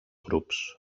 grups